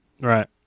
Right